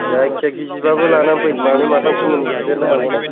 जायखि जाया गिजिबाबो लानानै फै मानै माथामसो मोनदेरनो हागौ ना